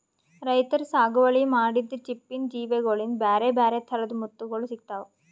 ರೈತರ್ ಸಾಗುವಳಿ ಮಾಡಿದ್ದ್ ಚಿಪ್ಪಿನ್ ಜೀವಿಗೋಳಿಂದ ಬ್ಯಾರೆ ಬ್ಯಾರೆ ಥರದ್ ಮುತ್ತುಗೋಳ್ ಸಿಕ್ತಾವ